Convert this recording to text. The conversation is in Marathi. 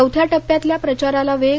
चौथ्या टप्प्यातल्या प्रचाराला वेग